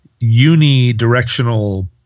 unidirectional